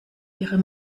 ihre